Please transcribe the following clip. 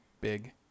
big